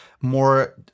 more